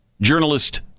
journalist